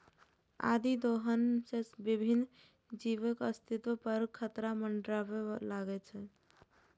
अतिदोहन सं विभिन्न जीवक अस्तित्व पर खतरा मंडराबय लागै छै